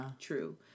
True